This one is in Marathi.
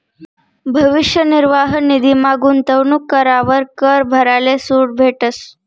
भविष्य निर्वाह निधीमा गूंतवणूक करावर कर भराले सूट भेटस